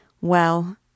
Well